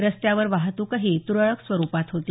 रस्त्यावर वाहतुकही तुरळक स्वरुपात होती